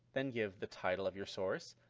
then give the title of your source,